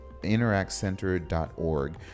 interactcenter.org